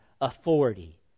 authority